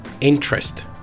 interest